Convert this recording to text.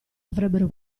avrebbero